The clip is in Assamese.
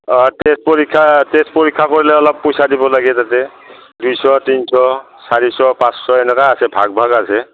অঁ টেষ্ট পৰীক্ষা টেষ্ট পৰীক্ষা কৰিলে অলপ পইচা দিব লাগে তাতে দুইশ তিনশ চাৰিশ পাঁচশ এনেকুৱা আছে ভাগ ভাগ আছে